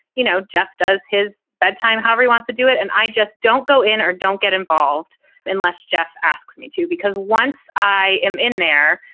you know, just does his bedtime. however, he wants to do it. and i just don't go in or don't get involved unless jeff asks me to, because once i am in there,